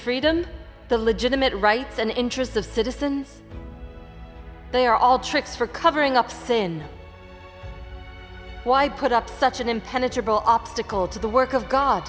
freedom the legitimate rights and interests of citizens they are all tricks for covering up sin why put up such an impenetrable obstacle to the work of god